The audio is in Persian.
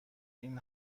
این